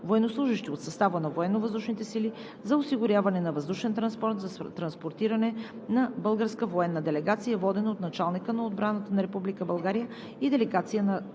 военнослужещи от състава на Военновъздушните сили за осигуряване на въздушен транспорт за транспортиране на българска военна делегация, водена от началника на отбраната на Република България и